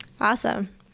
awesome